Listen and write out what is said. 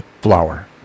Flower